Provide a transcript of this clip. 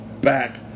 back